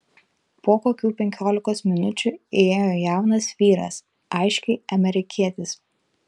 po kokių penkiolikos minučių įėjo jaunas vyras aiškiai amerikietis